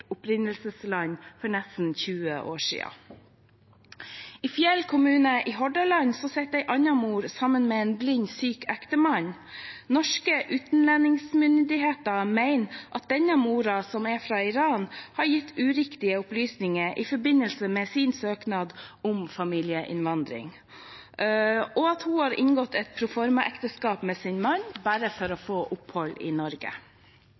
opprinnelsesland for nesten 20 år siden. I Fjell kommune i Hordaland sitter en annen mor sammen med en blind og syk ektemann. Norske utlendingsmyndigheter mener at denne moren, som er fra Iran, har gitt uriktige opplysninger i forbindelse med sin søknad om familieinnvandring, og at hun har inngått et proformaekteskap med sin mann bare for å få opphold i Norge.